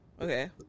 Okay